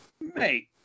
Mate